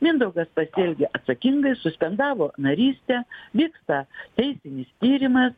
mindaugas pasielgė atsakingai suspendavo narystę vyksta teisinis tyrimas